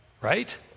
Right